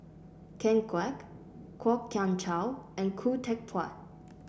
Ken Kwek Kwok Kian Chow and Khoo Teck Puat